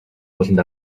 ууланд